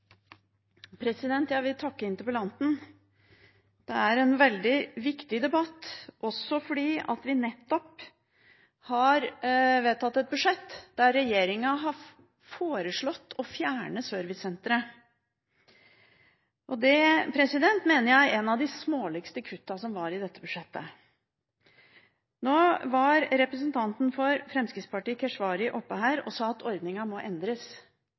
Jeg vil takke interpellanten. Det er en veldig viktig debatt, også fordi vi nettopp har vedtatt et budsjett der regjeringen har foreslått å fjerne servicesenteret. Det mener jeg er et av de småligste kuttene som var i dette budsjettet. Nå var representanten for Fremskrittspartiet, Keshvari, oppe og sa at ordningen må endres.